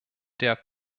der